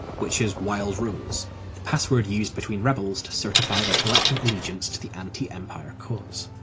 which is wild rose, the password used between rebels to certify their collective allegiance to the anti-empire cause.